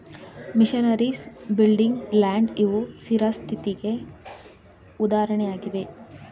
missionaries, building, land ಇವು ಸ್ಥಿರಾಸ್ತಿಗೆ ಉದಾಹರಣೆಯಾಗಿವೆ